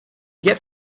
get